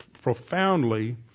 profoundly